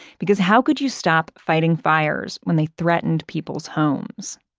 because how could you stop fighting fires when they threatened people's homes?